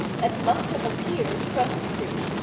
and must have appeared, from the street,